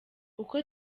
uko